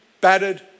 battered